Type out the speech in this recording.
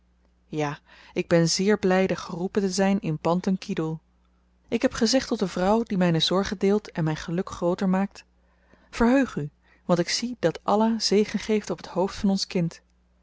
ja ik ben zeer blyde geroepen te zyn in bantan kidoel ik heb gezegd tot de vrouw die myne zorgen deelt en myn geluk grooter maakt verheug u want ik zie dat allah zegen geeft op het hoofd van ons kind